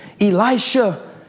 Elisha